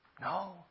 No